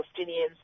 Palestinians